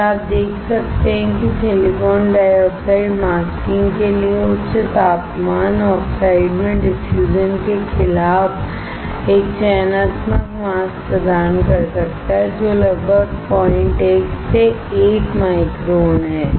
फिर आप देख सकते हैं कि सिलिकॉन डाइऑक्साइड मास्किंग के लिए उच्च तापमान ऑक्साइड में डिफ्यूजन के खिलाफ एक चयनात्मक मास्क प्रदान कर सकता है जो लगभग 01 से 1 माइक्रोन है